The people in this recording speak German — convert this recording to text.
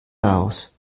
laos